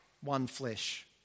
one-flesh